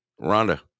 Rhonda